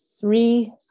three